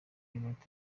impeta